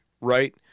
right